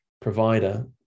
provider